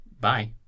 Bye